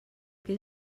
que